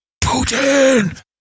Putin